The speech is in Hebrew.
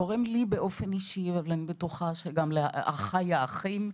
גורם לי באופן אישי ואני בטוחה שגם לאחיי האחים,